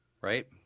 right